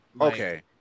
okay